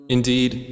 Indeed